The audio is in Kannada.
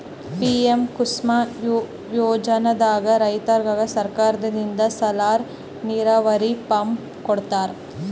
ಪಿಎಂ ಕುಸುಮ್ ಯೋಜನೆದಾಗ್ ರೈತರಿಗ್ ಸರ್ಕಾರದಿಂದ್ ಸೋಲಾರ್ ನೀರಾವರಿ ಪಂಪ್ ಕೊಡ್ತಾರ